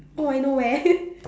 oh I know where